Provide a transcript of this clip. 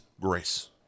grace